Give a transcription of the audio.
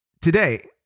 today